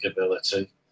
ability